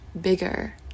bigger